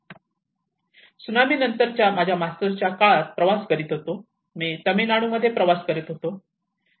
त्सुनामीनंतर माझ्या मास्टर्सच्या काळात प्रवास करत होतो मी तमिळनाडूमध्ये प्रवास करत होतो